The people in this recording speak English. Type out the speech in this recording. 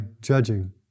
judging